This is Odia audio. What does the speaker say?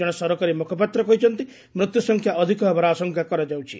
ଜଣେ ସରକାରୀ ମୁଖପାତ୍ର କହିଛନ୍ତି ମୃତ୍ୟୁସଂଖ୍ୟା ଅଧିକ ହେବାର ଆଶଙ୍କା କରାଯାଉଛି